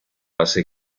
hace